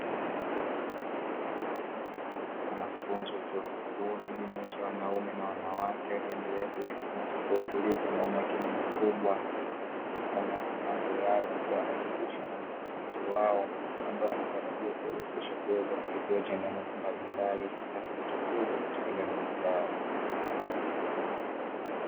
Wanafunzi wa chuo kikuu wakijumuishwa wanaume na wanawake wakiendelea kujifunza kwa utulivu na umakini mkubwa kutokana na mambo yale ambayo wanafundishwa na makufuzi wao ambaye anatarajiwa kuwawezesha kuweza kutatua changamoto mbalimbali zitakazojitokeza katika jamii zao.